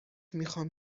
میخام